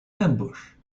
ambush